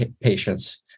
patients